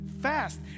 fast